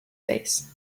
face